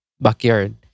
backyard